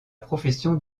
profession